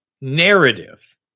narrative